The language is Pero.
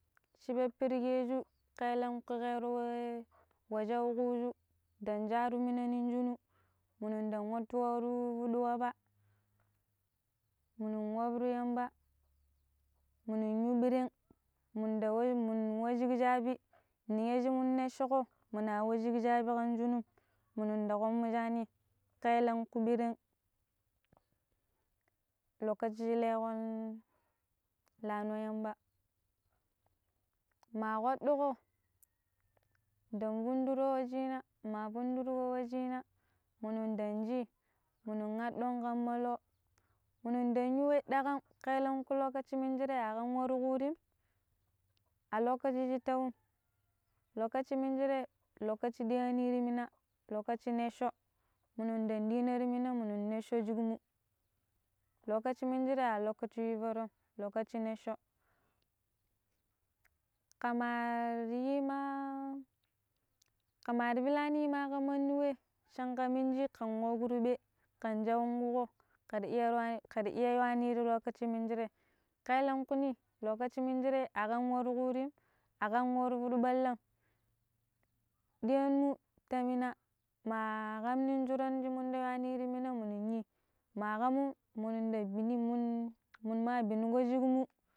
shi peperiƙeju kaelenƙu wei wa shau kuju dan jaru mina nin junu munu dan wattu ru wa wuru waba munu waburu Yamba munu yu bireng munda wei munda wei shiƙ shaɓi ninya shi mu necchiƙo muna wei shiƙ shaɓi ƙan shinu munda komujani kaelenku ɓireng lokaci lenoi lano Yamba ma kwaduƙo ɗan wunɗuro wa jini ma munduro wa jina munu dan ji munu addon kamma loo munu dan yu wei daƙam ƙaelenƙu lokacin minjire aƙam waru ƙurim a lokacii shitau m lokaci minjire lokaci diyanni ri mina lokaci necchọ munu ɗan ɗina ti mina munɗa necchọ shiƙmu, lokacii minjire a lokacii yuu forom lokaci necchọ. kama rima kama ti ɓilani ka manɗi wei shan kan minji ka wa kurɓe ƙan jau mudoƙ kara iya kara iya wani ti lokaci minjire kaelenƙu ni lokaci minjire aƙam waru kuri aƙam waru fuɗɗu ɓalla ɗiyam mu ta mina maa ƙam nin shuran shi munda ya ni ti mina muni yi ma ƙamun mu da bini mun munu wa bini shiƙ mu